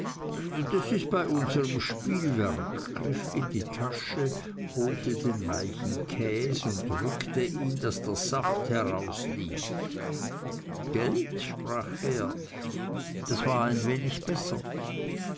das ist bei unsereinem spielwerk griff in die tasche holte den weichen käs und drückte ihn daß der saft herauslief gelt sprach er das war ein wenig besser